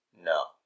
No